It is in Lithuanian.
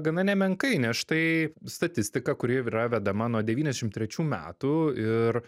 gana nemenkai nes štai statistika kuri yra vedama nuo devyniasdešim trečių metų ir